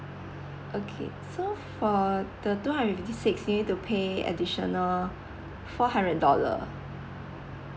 okay so for the two hundred and fifty six you need to pay additional four hundred dollar